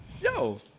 Yo